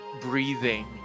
breathing